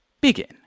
begin